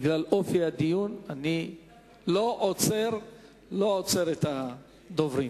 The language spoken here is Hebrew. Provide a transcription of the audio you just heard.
בגלל אופי הדיון, אני לא עוצר את הדוברים.